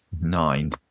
nine